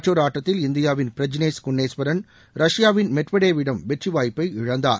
மற்றொரு ஆட்டத்தில் இந்தியாவின் பிரஜ்னேஷ் குன்னேஷ்வரன் ரஷ்யாவின் மெட்வடேவிடம் வெற்றி வாய்ப்பை இழந்தார்